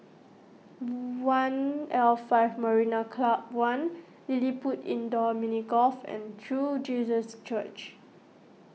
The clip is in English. one'l Five Marina Club one LilliPutt Indoor Mini Golf and True Jesus Church